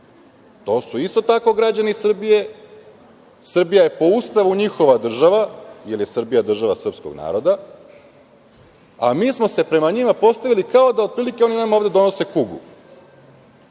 To su isto tako građani Srbije. Srbija je po Ustavu njihova Srbija, jer je Srbija država srpskog naroda, a mi se prema njima postavili kao da oni nama ovde donose kugu,